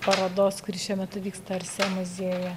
parodos kuri šiuo metu vyksta orsė muziejuje